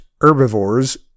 herbivores